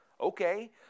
Okay